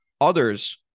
Others